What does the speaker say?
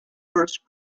first